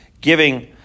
giving